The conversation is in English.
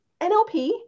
NLP